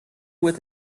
with